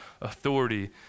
authority